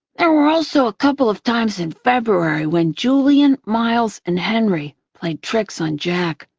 there were also a couple of times in february when julian, miles, and henry played tricks on jack.